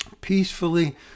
Peacefully